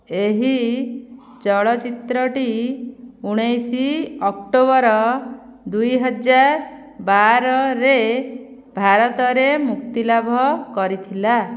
ଏହି ଚଳଚ୍ଚିତ୍ରଟି ଉଣାଇଶ ଅକ୍ଟୋବର ଦୁଇ ହଜାର ବାରରେ ଭାରତରେ ମୁକ୍ତିଲାଭ କରିଥିଲା